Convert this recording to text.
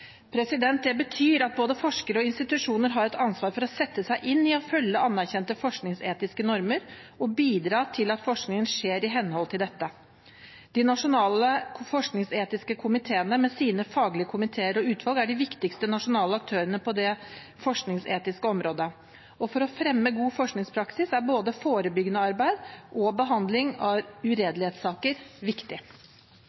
Det betyr at både forskere og institusjoner har et ansvar for å sette seg inn i og følge anerkjente forskningsetiske normer og bidra til at forskningen skjer i henhold til dette. De nasjonale forskningsetiske komiteene med sine faglige komiteer og utvalg er de viktigste nasjonale aktørene på det forskningsetiske området. For å fremme god forskningspraksis er både forebyggende arbeid og behandling av